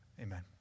Amen